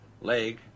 leg